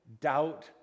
doubt